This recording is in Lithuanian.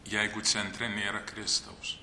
jeigu centre nėra kristaus